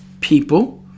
people